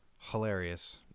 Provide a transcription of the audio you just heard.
hilarious